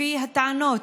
לפי הטענות,